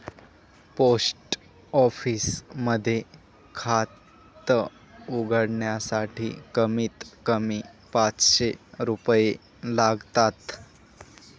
post office मध्ये खात उघडण्यासाठी कमीत कमी पाचशे रुपये लागतात